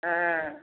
ஆ